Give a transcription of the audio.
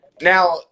Now